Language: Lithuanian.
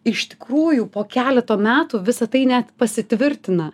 iš tikrųjų po keleto metų visa tai net pasitvirtina